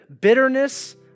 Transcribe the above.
bitterness